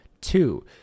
Two